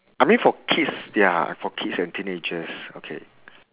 I mean for kids ya for kids and teenagers okay